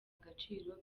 agaciro